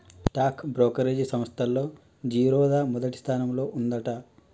stock brokerage సంస్తల్లో జిరోదా మొదటి స్థానంలో ఉందంట